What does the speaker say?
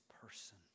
person